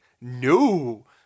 No